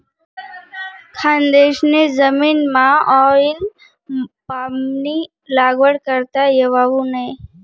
खानदेशनी जमीनमाऑईल पामनी लागवड करता येवावू नै